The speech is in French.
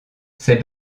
ses